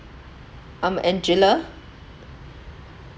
I'm angela